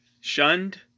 shunned